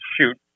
Shoot